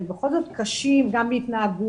הם בכל זאת קשים גם בהתנהגות.